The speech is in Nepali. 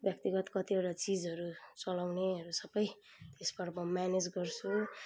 व्यक्तिगत कतिवटा चिजहरू चलाउनेहरू सबै त्यसबाट म म्यानेज गर्छु